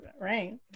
right